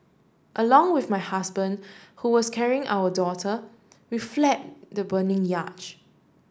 along with my husband who was carrying our daughter we fled the burning yacht